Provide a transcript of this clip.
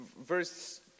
verse